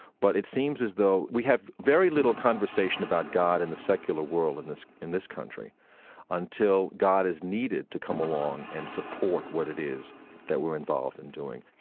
but it seems as though we have very little conversation about god in the secular world in this in this country until god is needed to come along and support what it is that we're involved in doing